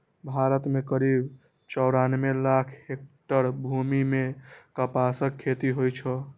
भारत मे करीब चौरानबे लाख हेक्टेयर भूमि मे कपासक खेती होइ छै